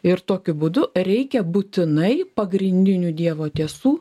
ir tokiu būdu reikia būtinai pagrindinių dievo tiesų